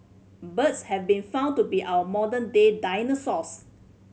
birds have been found to be our modern day dinosaurs